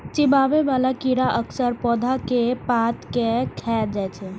चिबाबै बला कीड़ा अक्सर पौधा के पात कें खाय छै